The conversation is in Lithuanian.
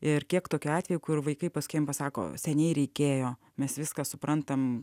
ir kiek tokiu atveju kur vaikai pask iem pasako seniai reikėjo mes viską suprantam